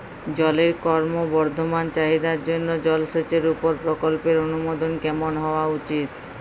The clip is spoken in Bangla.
জলের ক্রমবর্ধমান চাহিদার জন্য জলসেচের উপর প্রকল্পের অনুমোদন কেমন হওয়া উচিৎ?